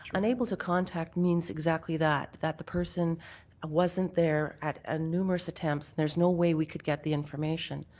unable to contact means exactly that, that the person ah wasn't there at ah numerous attempts. there's no way we could get the information.